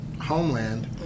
homeland